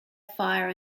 fire